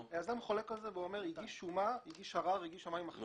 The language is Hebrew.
היזם חולק על זה, הוא מגיש ערר ואומר שמדובר